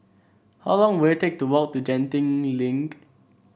how long will it take to walk to Genting Link